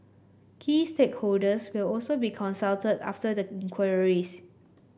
key stakeholders will also be consulted after the inquiries